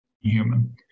human